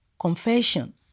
confession